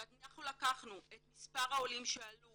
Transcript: אנחנו לקחנו את מספר העולים שעלו